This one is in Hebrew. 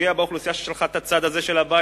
ופוגע באוכלוסייה ששלחה את הצד הזה של הבית